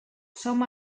som